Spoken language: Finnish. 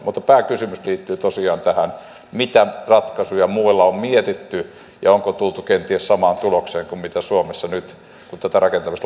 mutta pääkysymys liittyy tosiaan tähän mitä ratkaisuja muualla on mietitty ja onko tultu kenties samaan tulokseen kuin suomessa nyt kun tätä rakentamislupapäätöstä haetaan